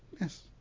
Yes